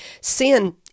sin